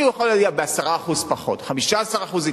אני יכול ב-10% פחות, 15% התייעלות.